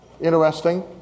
Interesting